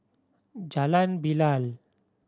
Jalan Bilal